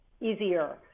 easier